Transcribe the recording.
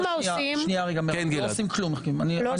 אני לא אומר בהתרסה.